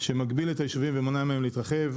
שמגביל את היישובים ומונע מהם להתרחב.